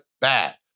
Bad